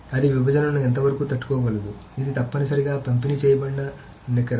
అది విభజనను ఎంతవరకు తట్టుకోగలదు అది తప్పనిసరిగా పంపిణీ చేయబడిన నికర